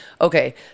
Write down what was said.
okay